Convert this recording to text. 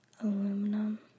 Aluminum